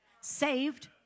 saved